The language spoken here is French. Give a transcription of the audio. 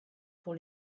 pour